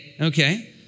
okay